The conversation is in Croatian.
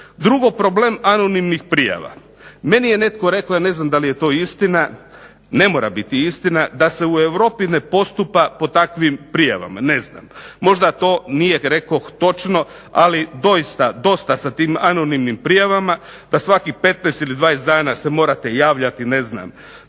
Drugo problem anonimnih prijava. Meni je netko rekao, ja ne znam da li je to istina, ne mora biti istina da se u Europi ne postupa po takvim prijavama. Ne znam, možda to nije rekoh točno, ali doista dosta sa tim anonimnim prijavama, da svakih 15 ili 20 dana se morate javljati ne znam